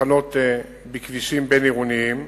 והתחנות בכבישים בין-עירוניים.